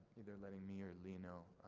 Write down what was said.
either letting me or leigh know,